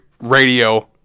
radio